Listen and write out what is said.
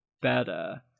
better